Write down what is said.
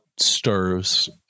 stirs